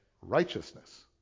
righteousness